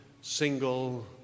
single